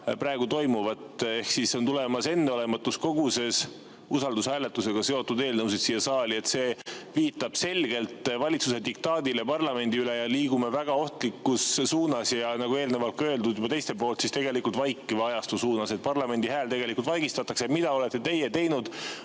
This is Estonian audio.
praegu toimuvat. Tulemas on enneolematus koguses usaldushääletusega seotud eelnõusid siia saali. See viitab selgelt valitsuse diktaadile parlamendi üle ja me liigume väga ohtlikus suunas, nagu eelnevalt öeldud juba teiste poolt, siis tegelikult vaikiva ajastu suunas. Parlamendi hääl vaigistatakse. Mida olete teinud